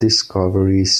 discoveries